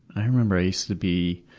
i remember i used to be